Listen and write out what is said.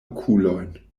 okulojn